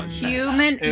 human